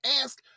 Ask